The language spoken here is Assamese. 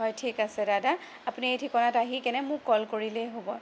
হয় ঠিক আছে দাদা আপুনি এই ঠিকনাত আহি কিনে মোক কল কৰিলেই হ'ব